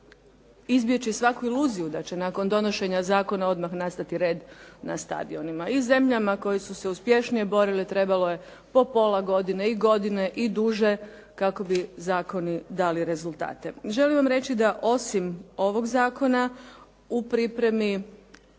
izbjeći svaku iluziju da će nakon donošenja zakona odmah nastati red na stadionima. I zemljama koje su se uspješnije borile trebalo je po pola godine i godine i duže kako bi zakoni dali rezultate. Želim vam reći da osim ovog zakona u pripremi